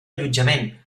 allotjament